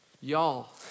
y'all